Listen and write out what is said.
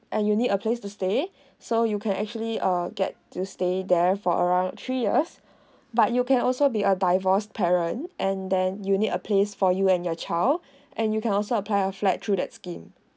and you need a place to stay so you can actually uh get to stay there for around three years but you can also be a divorce parent and then you need a place for you and your child and you can also apply a flat through that scheme